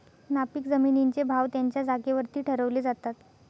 नापीक जमिनींचे भाव त्यांच्या जागेवरती ठरवले जातात